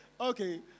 Okay